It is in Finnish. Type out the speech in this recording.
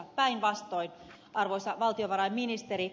päinvastoin arvoisa valtiovarainministeri